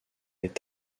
est